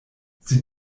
sie